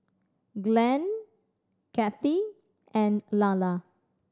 Glenn Kathey and Lalla